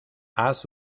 haz